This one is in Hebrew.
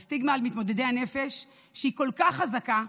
סטיגמה על מתמודדי הנפש שהיא כל כך חזקה,